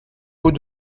pots